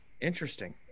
Interesting